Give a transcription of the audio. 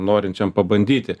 norinčiam pabandyti